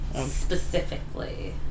Specifically